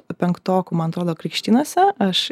penktokų man atrodo krikštynose aš